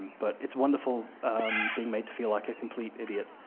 but it's wonderful being made to feel like a complete idiot,